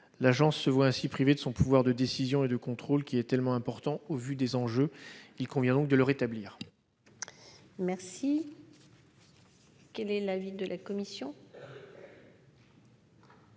L'Agence se voit ainsi privée de son pouvoir de décision et de contrôle, qui est si important au vu des enjeux. Cet amendement vise donc à le rétablir. Quel est l'avis de la commission